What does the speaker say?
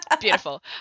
beautiful